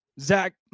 Zach